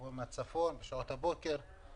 לא יודע